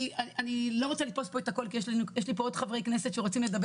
אני באמת אשמח מאוד להגיע לדיונים שנדבר